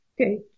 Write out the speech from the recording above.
Okay